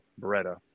Beretta